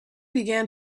began